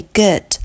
good